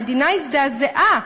המדינה הזדעזעה,